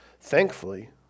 Thankfully